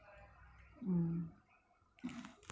mm